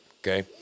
Okay